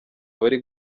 abari